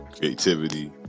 creativity